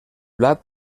blat